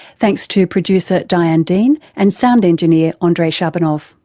thanks to producer diane dean and sound engineer ah andrei shabunov.